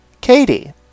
katie